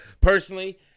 personally